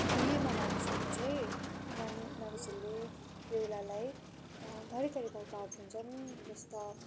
बिहेमा मानिसहरू चै मानिसहरूले बेहुलालाई थरी थरीका उपहार दिन्छन् जस्तै